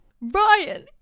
Ryan